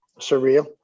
surreal